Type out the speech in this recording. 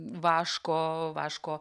vaško vaško